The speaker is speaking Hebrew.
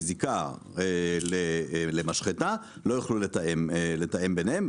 זיקה למשחטה - לא יוכלו לתאם ביניהם,